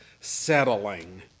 settling